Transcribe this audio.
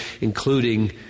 including